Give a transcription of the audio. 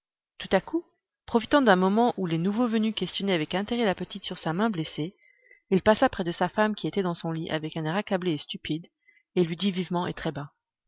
tout à coup profitant d'un moment où les nouveaux venus questionnaient avec intérêt la petite sur sa main blessée il passa près de sa femme qui était dans son lit avec un air accablé et stupide et lui dit vivement et très bas